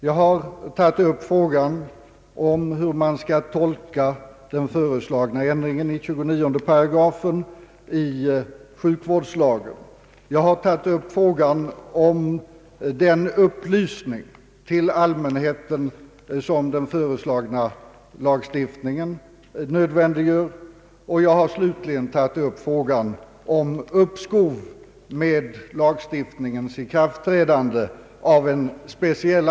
Jag har tagit upp frågan hur den föreslagna ändringen i 29 8 sjuk vårdslagen skall tolkas. Jag har tagit upp frågan om den upplysning till allmänheten som den föreslagna lagstiftningen nödvändiggör. Jag har slutligen av en speciell anledning tagit upp frågan om uppskov med lagstiftningens ikraftträdande.